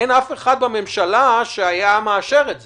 אין אף אחד בממשלה שהיה מאשר את זה.